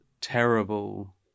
terrible